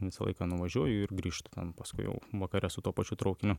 visą laiką nuvažiuoju ir grįžtu ten paskui jau vakare su tuo pačiu traukiniu